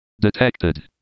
Detected